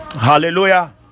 hallelujah